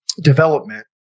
development